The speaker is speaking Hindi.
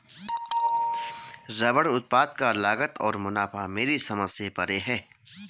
रबर उत्पाद का लागत और मुनाफा मेरे समझ से परे है